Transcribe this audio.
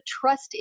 trust